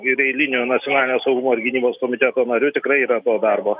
ir eiliniu nacionalinio saugumo ir gynybos komiteto nariu tikrai yra to darbo